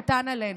קטן עלינו.